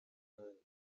muhanda